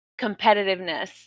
competitiveness